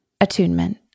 Attunement